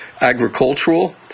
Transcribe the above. agricultural